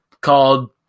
called